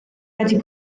wedi